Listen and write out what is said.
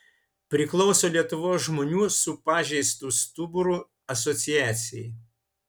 priklauso lietuvos žmonių su pažeistu stuburu asociacijai